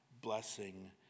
blessing